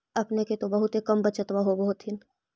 अपने के तो बहुते कम बचतबा होब होथिं?